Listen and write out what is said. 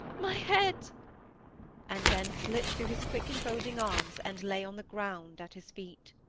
my head and then slipped through his quick-enfolding arms, and lay on the ground at his feet.